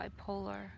bipolar